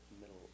middle